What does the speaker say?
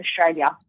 Australia